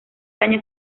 daño